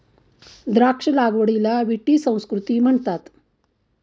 द्राक्ष लागवडीला विटी संस्कृती म्हणतात